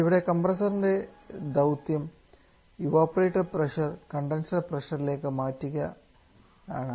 ഇവിടെ കംപ്രസ്സർൻറെ ദൌത്യം ഇവപൊററ്റർ പ്രഷർ കണ്ടൻസർ പ്രഷർ ലേക്ക് മാറ്റുകയാണ്